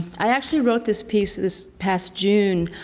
i actually wrote this piece this past june.